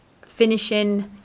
finishing